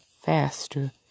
faster